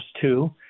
two